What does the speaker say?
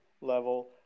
level